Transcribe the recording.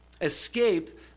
Escape